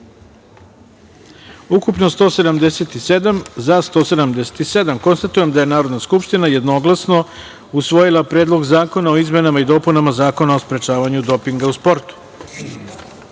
ukupno -177, za – 177.Konstatujem da je Narodna skupština jednoglasno usvojila Predlog zakona o izmenama i dopunama Zakona o sprečavanju dopinga u sportu. Pošto